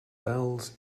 bells